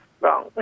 wrong